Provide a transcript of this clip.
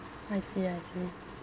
I see I see